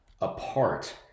apart